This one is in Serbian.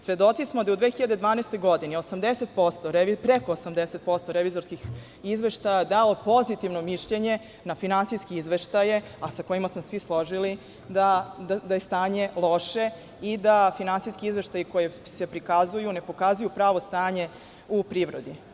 Svedoci smo da je u 2012. godini preko 80% revizorskih izveštaja dao pozitivno mišljenje na finansijske izveštaje, a gde smo se složili da je stanje loše i da finansijski izveštaji, koji se prikazuju, ne pokazuju pravo stanje u privredi.